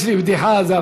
יש לי בדיחה על זה,